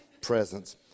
presence